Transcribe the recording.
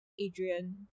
Adrian